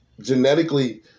genetically